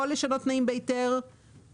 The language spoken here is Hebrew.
לקחת רכב אחד או עשרה רכבים, בסוף זה אותו